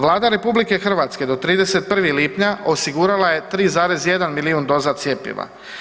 Vlada RH do 31. lipnja osigurala 3,1 milijun doza cjepiva.